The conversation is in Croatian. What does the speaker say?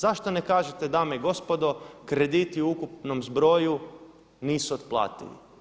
Zašto ne kažete dame i gospodo krediti u ukupnom zbroju nisu otplatili?